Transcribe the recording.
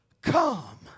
come